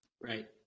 right